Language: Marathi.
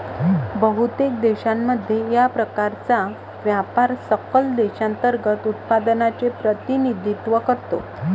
बहुतेक देशांमध्ये, या प्रकारचा व्यापार सकल देशांतर्गत उत्पादनाचे प्रतिनिधित्व करतो